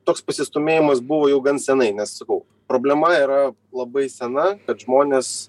toks pasistūmėjimas buvo jau gan seniai nes sakau problema yra labai sena kad žmonės